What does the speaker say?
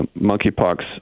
Monkeypox